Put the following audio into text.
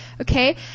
okay